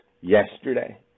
yesterday